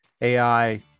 AI